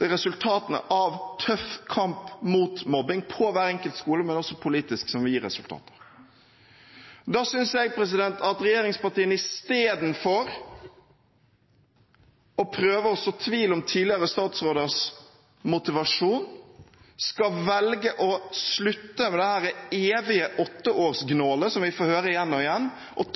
resultatene av tøff kamp mot mobbing på hver enkelt skole, men også politisk – som vil gi resultat. Istedenfor å prøve å så tvil om tidligere statsråders motivasjon, synes jeg regjeringspartiene skal velge å slutte med dette evige åtteårsgnålet som vi får høre igjen og igjen,